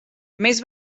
més